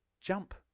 jump